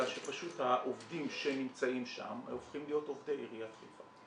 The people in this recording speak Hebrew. אלא שפשוט העובדים שנמצאים שם הופכים להיות עובדי עיריית חיפה.